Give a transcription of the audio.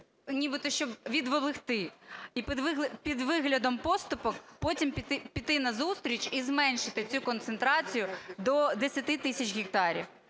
нібито щоб відволікти і під виглядом поступок потім піти назустріч і зменшити цю концентрацію до 10 тисяч гектарів.